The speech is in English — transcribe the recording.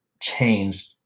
changed